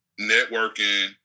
networking